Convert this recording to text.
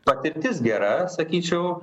patirtis gera sakyčiau